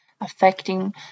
affecting